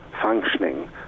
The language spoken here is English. functioning